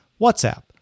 WhatsApp